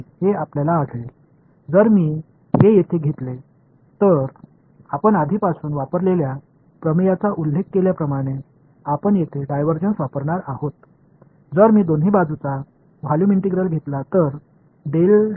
எனவே நான் இதை இங்கே எடுத்துக் கொண்டால் நாம் ஏற்கனவே பயன்படுத்தும் தேற்றத்தை நீங்கள் குறிப்பிட்டுள்ளபடி இங்கே டைவர்ஜன்ஸ் பயன்படுத்துவோம் எனவே நான் இருபுறமும் ஒரு வாள்யூம் இன்டெக்ரலைஎடுத்துக் கொண்டால்